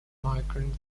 migrant